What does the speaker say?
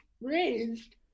raised